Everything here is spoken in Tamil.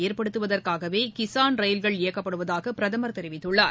ஏற்படுத்துவதற்காகவே கிஸான் ரயில்கள் இயக்கப்படுவதாக பிரதமர் தெரிவித்துள்ளார்